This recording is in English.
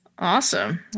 Awesome